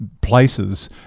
places